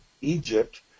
Egypt